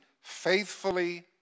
faithfully